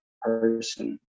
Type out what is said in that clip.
person